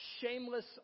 shameless